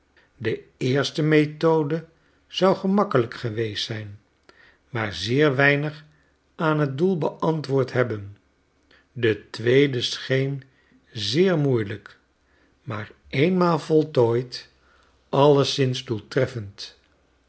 de eerste methode zou gemakkelijk geweest zijn maar zeer weinig aan t doel beantwoord hebben de tweede scheen zeer moeilijk maar eenmaal voltooid alleszins doeltreffend